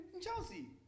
Chelsea